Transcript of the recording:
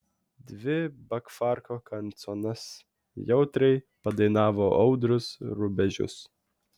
dvi bakfarko kanconas jautriai padainavo audrius rubežius